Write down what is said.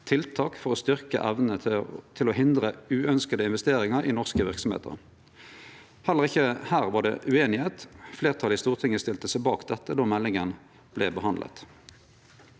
«tiltak for å styrke evnen til å hindre uønskede investeringer i norske virksomheter». Heller ikkje her var det ueinigheit. Fleirtalet i Stortinget stilte seg bak dette då meldinga vart behandla.